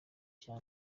cya